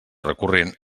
recurrent